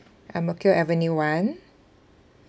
ang mo kio avenue one